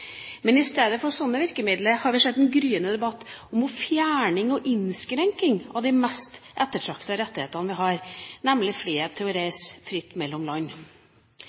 Men i stedet for sånne virkemidler har vi sett en gryende debatt om fjerning og innskrenking av en av de mest ettertraktede rettighetene vi har, nemlig frihet til å reise fritt mellom land.